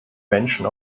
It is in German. menschen